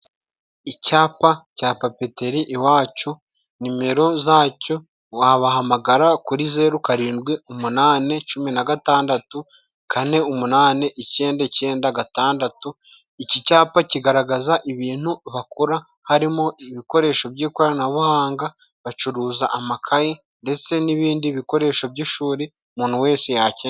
Icyapa cya papeteri iwacu nimero zacyo wabahamagara kuri: zeru, karindwi ,umunani, cumi nagatandatu ,kane, umunani ,icyenda, icyenda gatandatu. Iki cyapa kigaragaza ibintu bakora harimo ibikoresho by'ikoranabuhanga, bacuruza amakaye ndetse n'ibindi bikoresho by'ishuri umuntu wese yakenera.